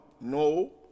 No